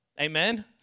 Amen